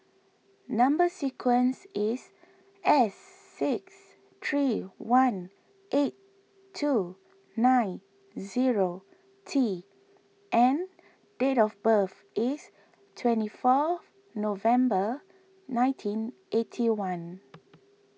Number Sequence is S six three one eight two nine zero T and date of birth is twenty fourth November nineteen eighty one